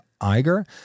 Iger